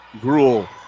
Gruel